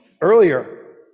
Earlier